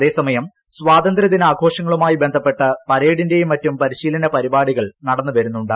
അതേസമയം സ്വാതന്ത്രൃദിന ആഘോഷങ്ങളുമായി ബന്ധപ്പെട്ട് പരേഡിന്റെയും മറ്റും പരിശീലന പരിപാടികൾ നടന്നു വരുന്നുണ്ട്